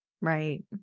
Right